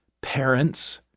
parents